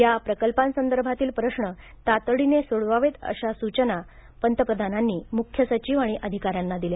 या प्रकल्पांसंदर्भाततील प्रश्न तातडीने सोडवावेत अशा सुचना मोदींनीमुख्य सचिव आणि अधिकाऱ्यांना दिल्या